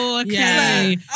Okay